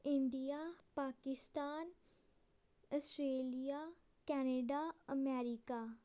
India Pakistan Australia Canada America